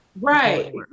Right